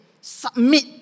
Submit